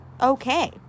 okay